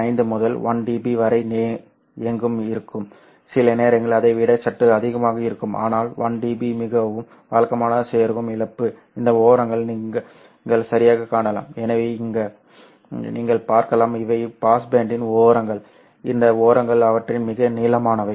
5 முதல் 1 dB வரை எங்கும் இருக்கும் சில நேரங்களில் அதை விட சற்று அதிகமாக இருக்கும் ஆனால் 1 dB மிகவும் வழக்கமான செருகும் இழப்பு இந்த ஓரங்கள் நீங்கள் சரியாகக் காணலாம் எனவே இங்கே நீங்கள் பார்க்கலாம் இவை பாஸ் பேண்டின் ஓரங்கள் இந்த ஓரங்கள் அவற்றின் மிக நீளமானவை